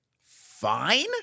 fine